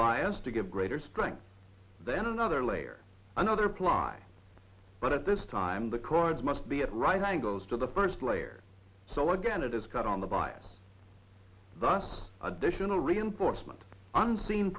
bias to give greater strength then another layer another ply but at this time the cords must be at right angles to the first layer so again it is cut on the bias thus additional reinforcement unseen